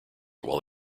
while